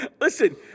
listen